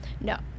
No